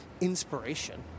inspiration